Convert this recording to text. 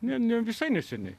netgi visai neseniai